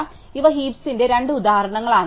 അതിനാൽ ഇവ ഹീപ്സിന്റെ രണ്ട് ഉദാഹരണങ്ങളാണ്